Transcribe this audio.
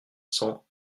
cents